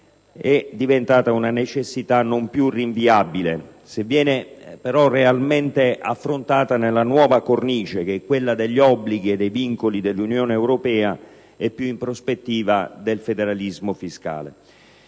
e di criticità, una necessità non più rinviabile se viene però realmente affrontata nella nuova cornice, che è quella degli obblighi e dei vincoli dell'Unione europea e, più in prospettiva, del federalismo fiscale.